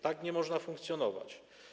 Tak nie można funkcjonować.